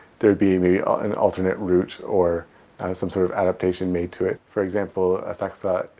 there'd be maybe an alternate route or some sort of adaptation made to it for example asakusa,